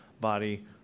body